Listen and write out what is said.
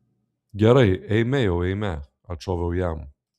gerai eime jau eime atšoviau jam